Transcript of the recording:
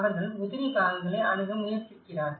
அவர்கள் உதிரிபாகங்களை அணுக முயற்சிக்கிறார்கள்